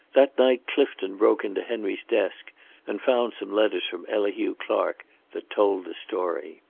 that night clifton broke into henry's desk and found some letters from elihu clark that told the story.